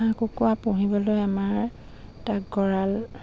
হাঁহ কুকুৰা পুহিবলৈ আমাৰ এটা গঁৰাল